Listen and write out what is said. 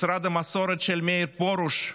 משרד המסורת של מאיר פרוש,